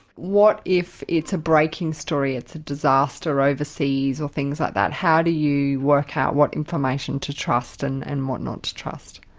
what if it's a breaking story, it's a disaster overseas or things like that? how do you work out what information to trust and and what not to trust?